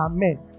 Amen